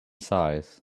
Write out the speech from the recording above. size